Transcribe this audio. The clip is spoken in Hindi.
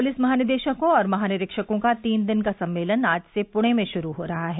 पुलिस महानिदेशकों और महानिरीक्षकों का तीन दिन का सम्मेलन आज से पुणे में शुरू हो रहा है